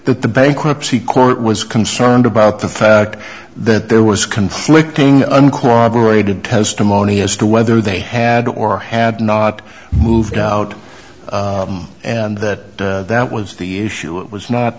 that the bankruptcy court was concerned about the fact that there was conflicting uncorroborated testimony as to whether they had or had not moved out and that that was the issue it was not